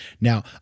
Now